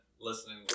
listening